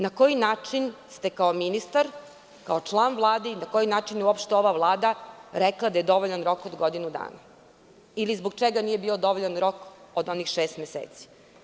Na koji način ste kao ministar, kao član Vlade i na koji način je uopšte ova Vlada rekla da je dovoljan rok od godinu dana, ili zbog čega nije bio dovoljan rok od onih šest meseci?